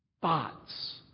thoughts